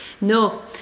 No